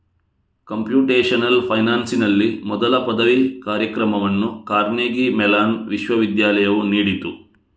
computational ಫೈನಾನ್ಸಿನಲ್ಲಿ ಮೊದಲ ಪದವಿ ಕಾರ್ಯಕ್ರಮವನ್ನು ಕಾರ್ನೆಗೀ ಮೆಲಾನ್ ವಿಶ್ವವಿದ್ಯಾಲಯವು ನೀಡಿತು